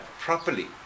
properly